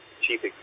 chief